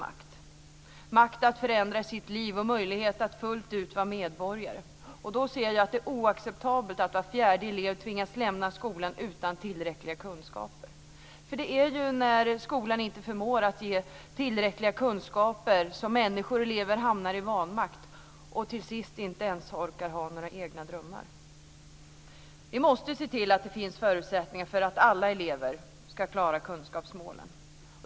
Det handlar om makt att förändra sitt liv och möjlighet att fullt ut vara medborgare. Därför anser jag att det är oacceptabelt att var fjärde elev tvingas lämna skolan utan tillräckliga kunskaper. Det är ju när skolan inte förmår att ge tillräckliga kunskaper som människor och elever hamnar i vanmakt och till sist inte ens orkar ha några egna drömmar. Vi måste se till att det finns förutsättningar för att alla elever ska klara kunskapsmålen.